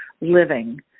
living